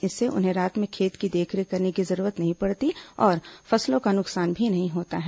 इससे उन्हें रात में खेत की देखरेख करने की जरूरत नहीं पड़ती और फसलों का नुकसान भी नहीं होता है